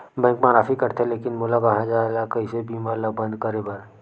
Bank मा राशि कटथे लेकिन मोला कहां जाय ला कइसे बीमा ला बंद करे बार?